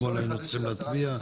אתמול היינו צריכים להצביע.